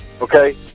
okay